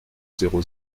zéro